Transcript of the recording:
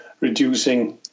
reducing